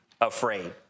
afraid